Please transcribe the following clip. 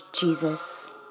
Jesus